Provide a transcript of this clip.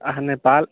अहाँ नेपाल